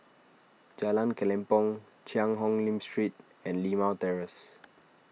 Jalan Kelempong Cheang Hong Lim Street and Limau Terrace